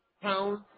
pounds